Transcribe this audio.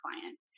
client